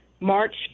March